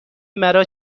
مرا